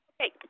Okay